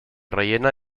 rellena